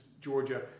Georgia